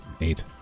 Eight